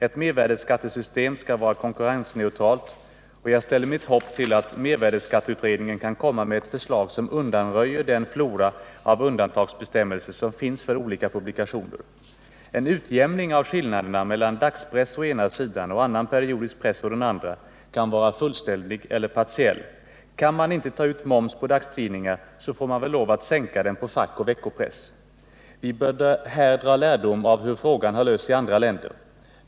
Ett mervärdeskattesystem skall vara konkurrensneutralt, och jag ställer mitt hopp till att mervärdeskatteutredningen kan komma med ett förslag, som undanröjer den flora av undantagsbestämmelser som finns för olika publikationer. En utjämning av skillnaderna mellan dagspress å ena sidan och annan periodisk press å den andra kan vara fullständig eller partiell. Kan man inte ta ut moms på dagstidningar, får man väl lov att sänka den på fackoch veckopress. Vi bör här dra lärdom av hur frågan har lösts i andra länder.